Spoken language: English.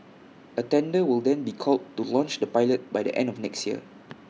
A tender will then be called to launch the pilot by the end of next year